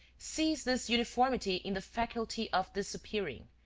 sees this uniformity in the faculty of disappearing,